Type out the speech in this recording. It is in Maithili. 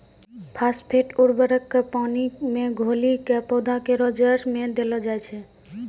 फास्फेट उर्वरक क पानी मे घोली कॅ पौधा केरो जड़ में देलो जाय छै